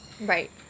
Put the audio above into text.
Right